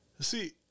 see